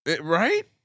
Right